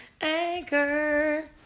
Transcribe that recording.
Anchor